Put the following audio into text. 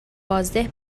بازده